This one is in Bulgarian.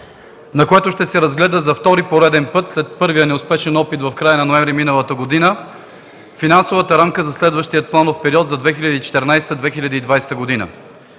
на което ще се разгледа за втори път – след първия неуспешен опит в края на ноември миналата година, Финансовата рамка за следващия планов период 2014 - 2020 г.